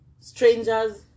Strangers